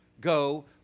go